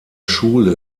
schule